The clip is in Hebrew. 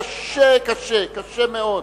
קשה, קשה, קשה מאוד.